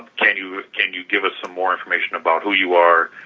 can you ah can you give us some more information about who you are,